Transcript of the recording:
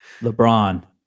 LeBron